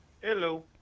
Hello